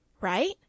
Right